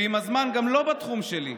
ועם הזמן גם לא בתחום שלי,